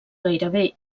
gairebé